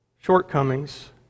shortcomings